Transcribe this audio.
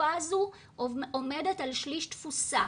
שהחלופה הזו עומדת על שליש תפוסה.